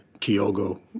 Kyogo